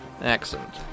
accent